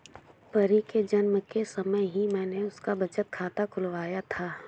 परी के जन्म के समय ही मैने उसका बचत खाता खुलवाया था